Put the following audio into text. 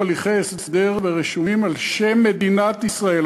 הליכי הסדר ורשומים על שם מדינת ישראל".